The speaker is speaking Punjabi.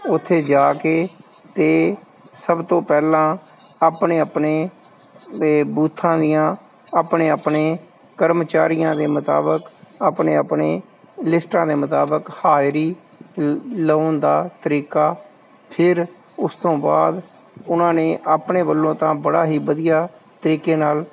ਉੱਥੇ ਜਾ ਕੇ ਤਾਂ ਸਭ ਤੋਂ ਪਹਿਲਾਂ ਆਪਣੇ ਆਪਣੇ ਇਹ ਬੂਥਾਂ ਦੀਆਂ ਆਪਣੇ ਆਪਣੇ ਕਰਮਚਾਰੀਆਂ ਦੇ ਮੁਤਾਬਕ ਆਪਣੇ ਆਪਣੇ ਲਿਸਟਾਂ ਦੇ ਮੁਤਾਬਕ ਹਾਜ਼ਰੀ ਲ ਲਾਉਣ ਦਾ ਤਰੀਕਾ ਫਿਰ ਉਸ ਤੋਂ ਬਾਅਦ ਉਹਨਾਂ ਨੇ ਆਪਣੇ ਵੱਲੋਂ ਤਾਂ ਬੜਾ ਹੀ ਵਧੀਆ ਤਰੀਕੇ ਨਾਲ